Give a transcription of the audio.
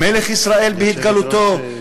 מלך ישראל בהתגלותו,